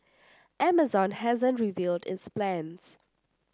Amazon hasn't revealed its plans